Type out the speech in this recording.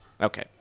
Okay